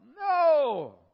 No